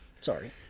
Sorry